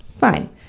Fine